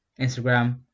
Instagram